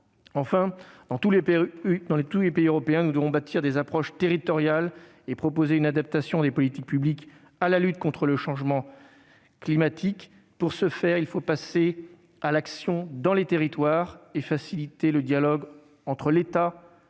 Enfin, dans tous les pays européens nous devons bâtir des approches territoriales et proposer une adaptation des politiques publiques à la lutte contre le changement climatique. Il faut donc passer à l'action dans les territoires et faciliter le dialogue entre l'État, les